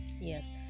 Yes